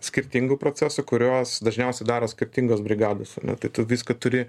skirtingų procesų kuriuos dažniausiai daro skirtingos brigados nu tai tu viską turi